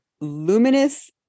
Luminous